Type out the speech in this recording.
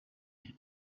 muri